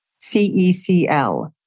CECL